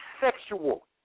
sexual